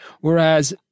Whereas